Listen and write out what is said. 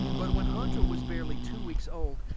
but when hunter was barely two weeks old,